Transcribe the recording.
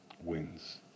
wins